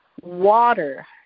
water